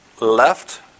left